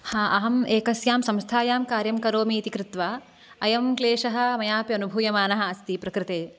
अहम् एकस्यां संस्थायां कार्यं करोमि इति कृत्वा अयं क्लेशः मयापि अनुभूयमानः अस्ति प्रकृते